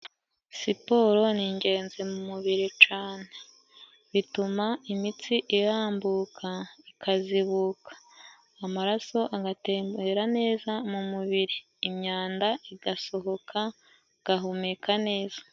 Siporo ni ingenzi mu mubiri cane, bituma imitsi irambuka ikazibuka amaraso agatembera neza mu mubiri, imyanda igasohoka ugahumeka neza.